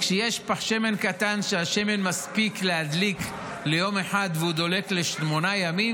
כשיש פך שמן קטן שהשמן מספיק להדליק ליום אחד והוא דולק לשמונה ימים,